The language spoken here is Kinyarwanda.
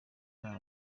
nta